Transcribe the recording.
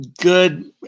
Good